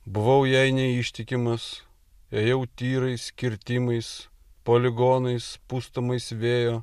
buvau jai neištikimas ėjau tyrais kirtimais poligonais pustomais vėjo